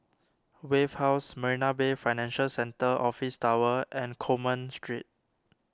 Wave House Marina Bay Financial Centre Office Tower and Coleman Street